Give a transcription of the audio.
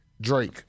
Drake